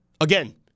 Again